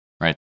Right